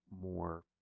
more